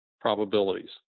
probabilities